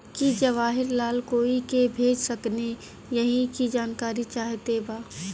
की जवाहिर लाल कोई के भेज सकने यही की जानकारी चाहते बा?